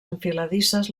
enfiladisses